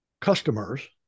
customers